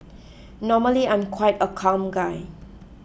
normally I'm quite a calm guy